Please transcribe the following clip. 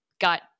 got